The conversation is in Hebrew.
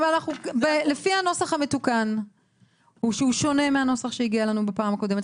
לפי הנוסח המתוקן שהוא שונה מהנוסח שהגיע אלינו בפעם הקודמת,